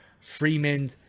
Freeman